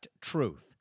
Truth